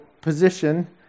position